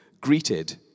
greeted